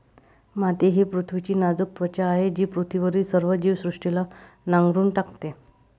माती ही पृथ्वीची नाजूक त्वचा आहे जी पृथ्वीवरील सर्व जीवसृष्टीला नांगरून टाकते